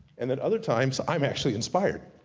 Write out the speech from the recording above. and at other times i'm actually inspired.